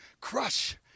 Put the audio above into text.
crush